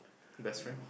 best friend